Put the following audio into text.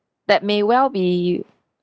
that may well be